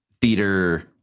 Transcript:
theater